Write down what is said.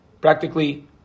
practically